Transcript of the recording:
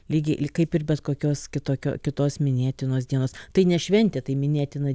lygiai ir kaip ir bet kokios kitok kitos minėtinos dienos tai ne šventė tai minėtina